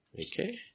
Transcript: Okay